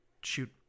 shoot